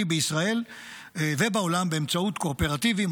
בישראל ובעולם באמצעות קואופרטיבים,